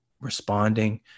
responding